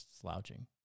slouching